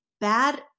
bad